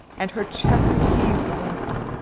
and her chest heaved once.